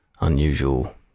unusual